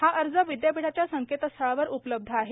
हे अर्ज विद्यापीठाच्या संकेतस्थळावर उपलब्ध आहेत